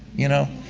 you know?